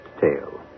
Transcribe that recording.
tale